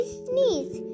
sneeze